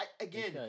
again